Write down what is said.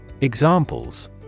Examples